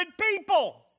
people